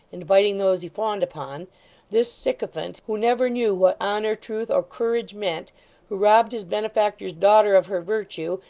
and biting those he fawned upon this sycophant, who never knew what honour, truth, or courage meant who robbed his benefactor's daughter of her virtue,